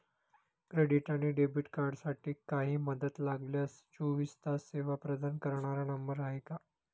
Credit आणि debit कार्डसाठी काही मदत लागल्यास चोवीस तास सेवा प्रदान करणारा नंबर आहे का?